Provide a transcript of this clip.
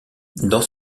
dans